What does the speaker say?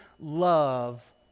love